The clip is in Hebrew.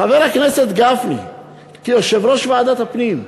חבר הכנסת גפני כיושב-ראש ועדת הפנים,